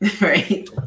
right